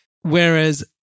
Whereas